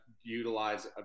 utilize